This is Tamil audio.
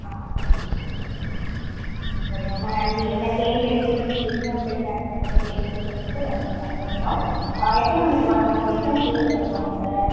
ஆ சரி ரொம்ப நன்றி என்ன தேர்ந்தெடுத்து விழிப்புணர்வு பிரச்சாரத்துக்கு பேச கூப்பிட்டதுக்கு ரொம்ப சந்தோசம் எத்தனை மணிக்கு வரணும் எத்தனை பேர் வருவாங்க